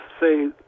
say